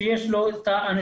ושיש לו אנושיות,